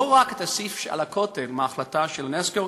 רק את הסעיף על הכותל מההחלטה של אונסק"ו,